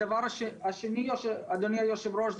הדבר השני אדוני היושב הראש,